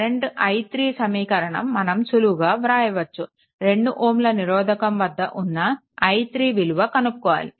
current i3 సమీకరణం మనం సులువుగా వ్రాయవచ్చు 2Ω నిరోధకం వద్ద ఉన్న i3 విలువ కనుక్కోవాలి